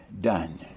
done